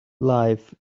life